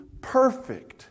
perfect